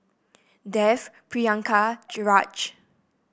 Dev Priyanka Raj